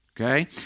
okay